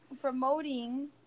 promoting